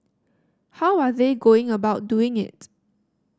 how are they going about doing it